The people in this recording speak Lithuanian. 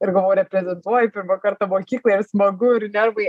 ir galvoju reprezentuoju pirmą kartą mokyklą ir smagu ir nervai